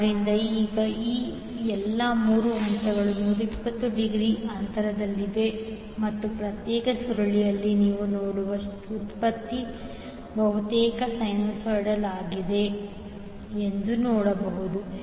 ಆದ್ದರಿಂದ ಈಗ ಈ ಎಲ್ಲಾ 3 ಹಂತಗಳು 120 ಡಿಗ್ರಿ ಅಂತರದಲ್ಲಿವೆ ಮತ್ತು ಪ್ರತ್ಯೇಕ ಸುರುಳಿಯಲ್ಲಿ ನೀವು ನೋಡುವ ಉತ್ಪತ್ತಿ ಬಹುತೇಕ ಸೈನುಸೈಡಲ್ ಆಗಿದೆ